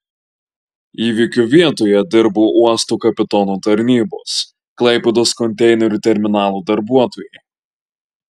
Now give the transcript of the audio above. įvykio vietoje dirbo uosto kapitono tarnybos klaipėdos konteinerių terminalo darbuotojai